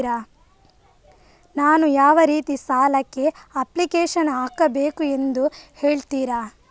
ನಾನು ಯಾವ ರೀತಿ ಸಾಲಕ್ಕೆ ಅಪ್ಲಿಕೇಶನ್ ಹಾಕಬೇಕೆಂದು ಹೇಳ್ತಿರಾ?